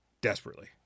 Desperately